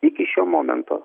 iki šio momento